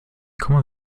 komme